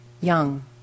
young